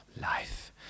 life